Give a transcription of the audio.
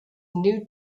new